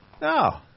No